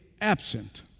absent